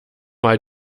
mal